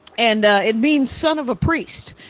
and it means son of a priest.